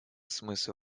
смысл